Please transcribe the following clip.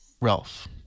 Ralph